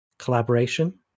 collaboration